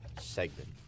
segment